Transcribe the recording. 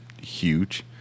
huge